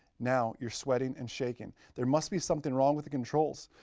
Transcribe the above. now, you're sweating and shaking. there must be something wrong with the controls.